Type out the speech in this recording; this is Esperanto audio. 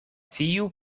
tiu